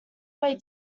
way